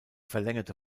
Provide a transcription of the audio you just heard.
verlängerte